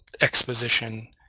exposition